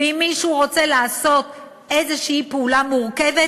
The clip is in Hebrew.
ואם מישהו רוצה לעשות איזו פעולה מורכבת,